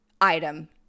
item